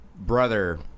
brother